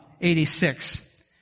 86